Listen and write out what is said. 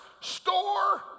store